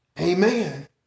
Amen